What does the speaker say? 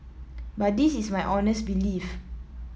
but this is my honest belief